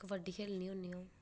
कबड्डी खे'ल्लनी होनी अ'ऊं